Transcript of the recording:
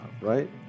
right